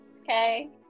Okay